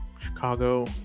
Chicago